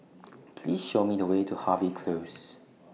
Please Show Me The Way to Harvey Close